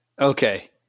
Okay